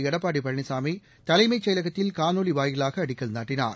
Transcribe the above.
எடப்பாடி பழனிசாமி தலைமைச் செயலகத்தில் காணொலி வாயிலாக அடிக்கல் நாட்டினார்